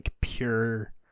pure